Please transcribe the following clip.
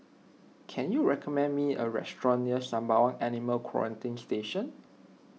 can you recommend me a restaurant near Sembawang Animal Quarantine Station